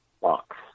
box